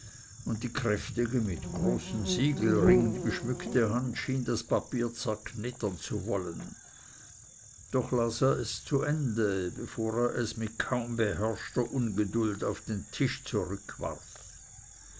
und die kräftige mit großen siegelringen geschmückte hand schien das papier zerknittern zu wollen doch las er zu ende bevor er es mit kaum beherrschter ungeduld auf den tisch zurückwarf